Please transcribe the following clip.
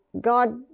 God